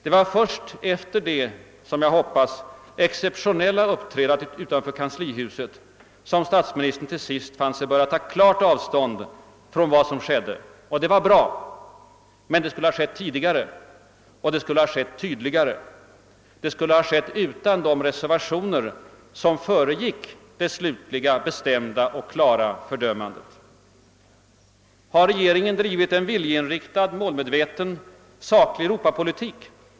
Det var först efter det som jag hoppas exceptionella uppträdandet utanför kanslihuset som statsministern till sist fann sig böra klart ta avstånd ifrån vad som skedde. Det var bra, men det skulle ha skett tidigare och tydligare. Det skulle ha skett utan de reservationer som föregick det slutliga, bestämda fördömandet. Har regeringen drivit en viljeinriktad, målmedveten och saklig europapolitik?